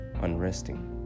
Unresting